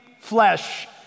flesh